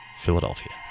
Philadelphia